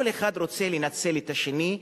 כל אחד רוצה לנצל את השני,